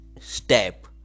step